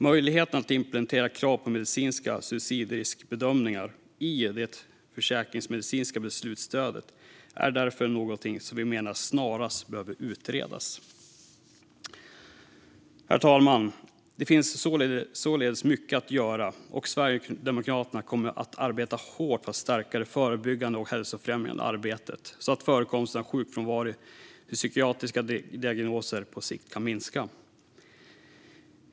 Möjligheten att implementera krav på medicinska suicidriskbedömningar i det försäkringsmedicinska beslutsstödet är därför något som vi menar behöver utredas snarast. Herr talman! Det finns således mycket att göra. Sverigedemokraterna kommer att arbeta hårt för att stärka det förebyggande och hälsofrämjande arbetet så att förekomsten av sjukfrånvaro på grund av psykiatriska diagnoser på sikt kan minska.